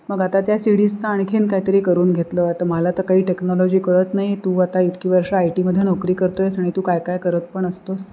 मग आता त्या सी डीजचा आणखीन काहीतरी करून घेतलं तर मला तर काही टेक्नॉलॉजी कळत नाही तू आता इतकी वर्ष आय टीमध्ये नोकरी करतो आहेस आणि तू काही काही करत पण असतोस